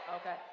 okay